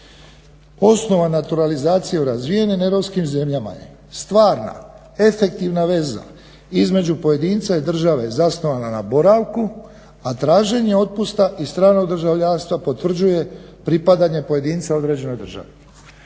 osnovana naturalizacija u razvijenim europskim zemljama je stvarna, efektivna veza između pojedinca i države zasnovana na boravku a traženje otpusta iz stranog državljanstva potvrđuje pripadanje pojedinca određenoj državi.